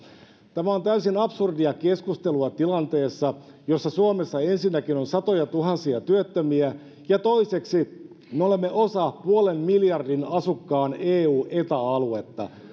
tämä on täysin absurdia keskustelua tilanteessa jossa suomessa ensinnäkin on satojatuhansia työttömiä ja toiseksi me olemme osa puolen miljardin asukkaan eu ja eta aluetta